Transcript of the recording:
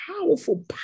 powerful